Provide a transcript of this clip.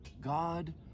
God